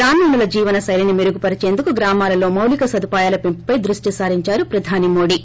గ్రామీణుల జీవన శైలి మెరుగుపరిచేందుకు గ్రామాలలో మౌలిక సదుపాయాల పెంపుపై దృష్టి సాధించారు ప్రధాని మోదీ